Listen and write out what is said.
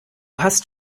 hast